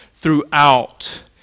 throughout